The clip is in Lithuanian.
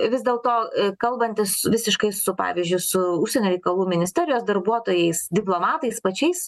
vis dėlto kalbantis visiškai su pavyzdžiui su užsienio reikalų ministerijos darbuotojais diplomatais pačiais